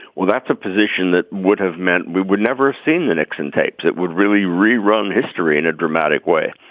well that's a position that would have meant we would never have seen the nixon tapes that would really rerun history in a dramatic way.